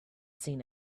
seen